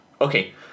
Okay